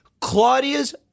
Claudia's